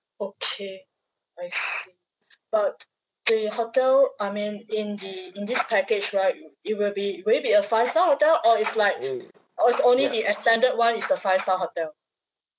okay I see but the hotel I mean in the in this package right wi~ it will be will it be a five star hotel or it's like or it's only the extended one is the five star hotel